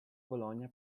bologna